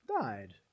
died